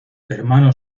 hermano